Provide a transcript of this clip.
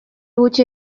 gutxi